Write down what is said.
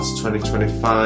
2025